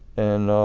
and